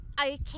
okay